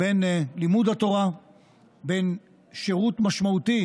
בין לימוד התורה לבין שירות משמעותי,